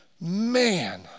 man